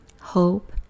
hope